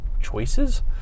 choices